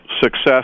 success